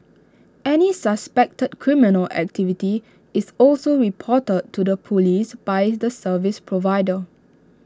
any suspected criminal activity is also reported to the Police by the service provider